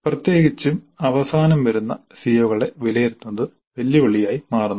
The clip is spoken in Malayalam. പ്രത്യേകിച്ചും അവസാനം വരുന്ന സിഒകളെ വിലയിരുത്തുന്നത് വെല്ലുവിളിയായി മാറുന്നു